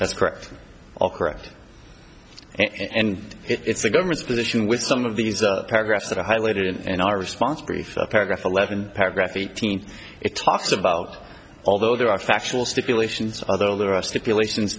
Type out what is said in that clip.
that's correct correct and it's the government's position with some of these paragraphs that highlighted in our response brief paragraph eleven paragraph eighteen it talks about although there are factual stipulations although there are stipulations